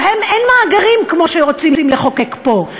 להן אין מאגרים כמו שרוצים לחוקק פה.